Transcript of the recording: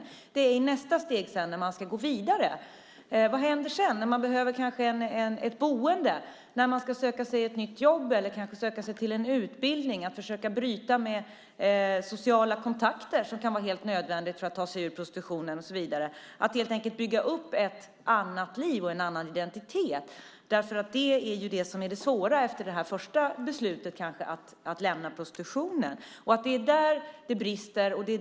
Sedan handlar det om nästa steg, när man ska gå vidare. Vad händer när man kanske behöver ett boende, när man ska söka sig ett nytt jobb eller kanske söka till en utbildning? Det handlar om att försöka bryta med sociala kontakter, som kan vara helt nödvändigt för att ta sig ur prostitutionen och så vidare. Det handlar helt enkelt om att bygga upp ett annat liv och en annan identitet. Det är ju det som är det svåra efter det första beslutet, att kanske lämna prostitutionen. Det är där det brister.